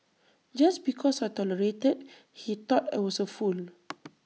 just because I tolerated he thought I was A fool